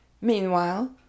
Meanwhile